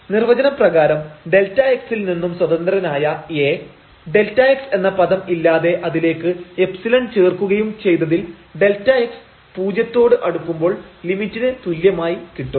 നിർവചനം പ്രകാരം Δx ൽ നിന്നും സ്വതന്ത്രനായ A Δx എന്ന പദം ഇല്ലാതെ അതിലേക്ക് ϵ ചേർക്കുകയും ചെയ്തതിൽ Δx പൂജ്യത്തോട് അടുക്കുമ്പോൾ ലിമിറ്റിന് തുല്യമായിട്ട് കിട്ടും